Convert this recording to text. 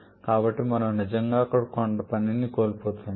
కాబట్టి మనము నిజంగా అక్కడ కొంత పనిని కోల్పోతున్నాము